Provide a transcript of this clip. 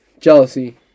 Jealousy